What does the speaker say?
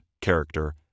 character